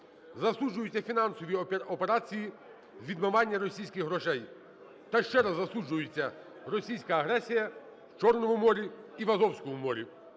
засуджуються фінансові операції відмивання російських грошей та ще раз засуджується російська агресія в Чорному морі і в Азовському морі.